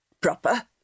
Proper